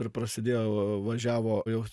ir prasidėjo važiavo jau